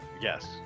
Yes